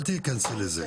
אל תכנסי לזה.